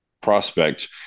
prospect